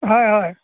হয় হয়